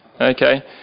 Okay